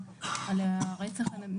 קרי הרופאים,